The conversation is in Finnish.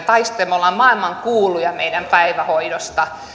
taistelu me olemme maailmankuuluja meidän päivähoidostamme